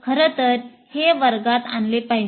खरं तर हे वर्गात आणले पाहिजे